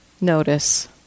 notice